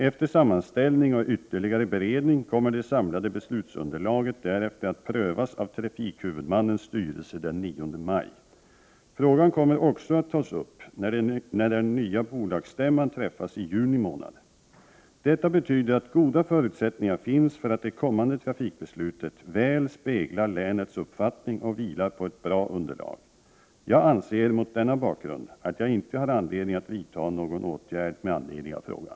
Efter sammanställning och ytterligare beredning kommer det samlade beslutsunderlaget därefter att prövas av trafikhuvudmannens styrelse den 9 maj. Frågan kommer också att tas upp när den nya bolagsstämman träffas i juni månad. Detta betyder att goda förutsättningar finns för att det kommande trafikbeslutet väl speglar länets uppfattning och vilar på ett bra underlag. Jag anser mot denna bakgrund att jag inte har anledning att vidta någon åtgärd med anledning av frågan.